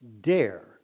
Dare